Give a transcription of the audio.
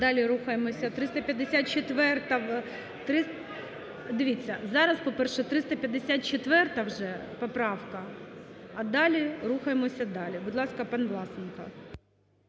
Далі рухаємося. 354-а. Дивіться, зараз, по-перше, 354 вже поправка, а далі рухаємось далі. Будь ласка, пан Власенко.